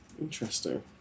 Interesting